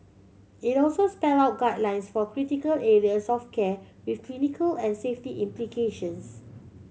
it also spelled out guidelines for critical areas of care with clinical and safety implications